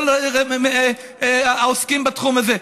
כל העוסקים בתחום הזה,